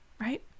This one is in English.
right